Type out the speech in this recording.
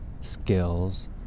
skills